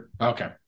Okay